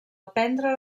aprendre